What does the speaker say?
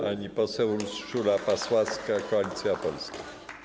Pani poseł Urszula Pasławska, Koalicja Polska.